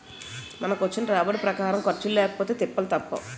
మనకొచ్చిన రాబడి ప్రకారం ఖర్చులు లేకపొతే తిప్పలు తప్పవు